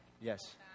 Yes